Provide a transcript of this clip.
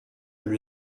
lui